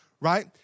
right